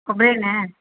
ಕೊಬ್ಬರಿ ಎಣ್ಣೆ